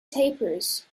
tapers